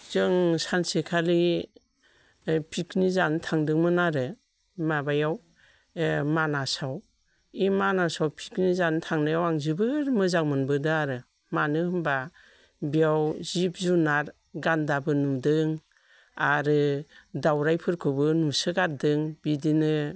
जों सानसेखालि पिकनिक जानो थांदोंमोन आरो माबायाव मानासाव बे मानासाव पिकनिक जानो थांनायाव आं जोबोर मोजां मोनबोदों आरो मानो होनबा बेयाव जिब जुनार गान्दाबो नुदों आरो दावरायफोरखौबो नुसोगारदों बिदिनो